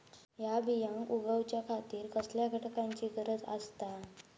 हया बियांक उगौच्या खातिर कसल्या घटकांची गरज आसता?